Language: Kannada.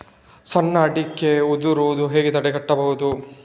ಸಣ್ಣ ಅಡಿಕೆ ಉದುರುದನ್ನು ಹೇಗೆ ತಡೆಗಟ್ಟಬಹುದು?